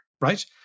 right